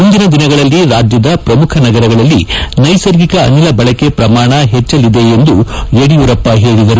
ಮುಂದಿನ ದಿನಗಳಲ್ಲಿ ರಾಜ್ಯದ ಪ್ರಮುಖ ನಗರಗಳಲ್ಲಿ ನೈಸರ್ಗಿಕ ಅನಿಲ ಬಳಕೆ ಪ್ರಮಾಣ ಹೆಚ್ಚಲಿದೆ ಎಂದು ಯಡಿಯೂರಪ್ಪ ಹೇಳಿದರು